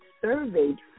surveyed